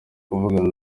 kuvugana